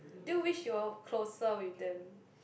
do you wish you all closer with them